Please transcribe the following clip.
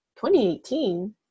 2018